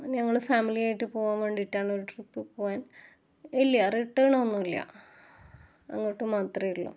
ഞങ്ങള് ഫാമിലിയായിട്ട് പോകാൻ വേണ്ടിയിട്ടാണ് ഒര് ട്രിപ്പ് പോകാൻ ഇല്ല റിട്ടേണൊന്നുമല്ല അങ്ങോട്ട് മാത്രമേ ഉള്ളൂ